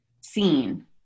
seen